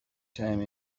time